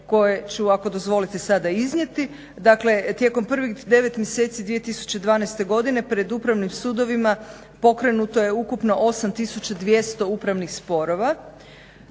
koje ću ako dozvolite sada iznijeti. Dakle tijekom prvih 9 mjeseci 2012.godine pred upravnim sudovima pokrenuto je ukupno 8200 upravnih sporova